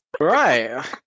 Right